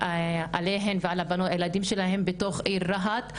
עליהן ועל הילדים שלהן בתוך העיר רהט.